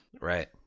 Right